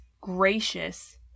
gracious